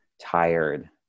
tired